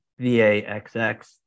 VAXX